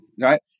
right